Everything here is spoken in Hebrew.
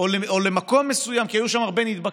או למקום מסוים, כי היו שם הרבה נדבקים.